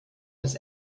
das